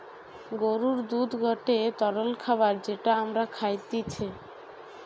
গরুর দুধ গটে তরল খাবার যেটা আমরা খাইতিছে